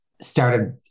Started